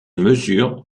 mesure